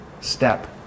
step